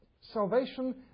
salvation